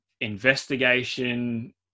investigation